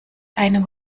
einem